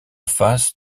face